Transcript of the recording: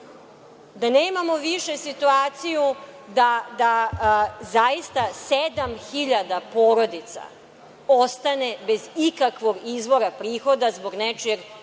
Da nemamo više situaciju da zaista 7.000 porodica ostane bez ikakvog izvora prihoda zbog nečijeg